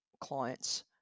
clients